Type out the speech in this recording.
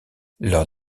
leur